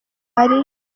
ari